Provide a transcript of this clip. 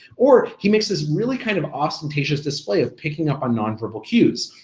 or he makes this really kind of ostentatious display of picking up on non-verbal cues.